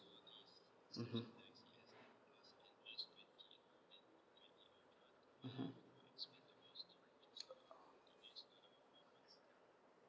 mmhmm mmhmm